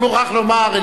אני מוכרח לומר,